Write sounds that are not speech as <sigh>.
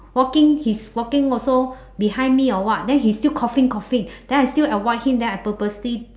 walking he's walking also behind me or what then he still coughing coughing <breath> then I still avoid him then I purposely